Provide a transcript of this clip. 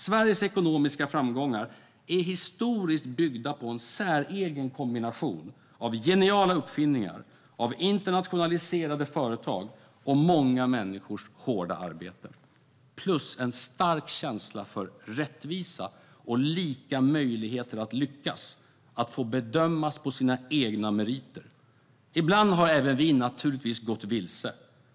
Sveriges ekonomiska framgångar är historiskt byggda på en säregen kombination av geniala uppfinningar, internationaliserade företag och många människors hårda arbete samt en stark känsla för rättvisa och lika möjligheter att lyckas, att bli bedömd på ens egna meriter. Ibland har naturligtvis även vi gått vilse.